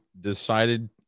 decided